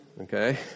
okay